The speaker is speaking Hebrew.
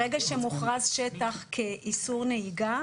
ברגע שמוכרז שטח כאיסור נהיגה,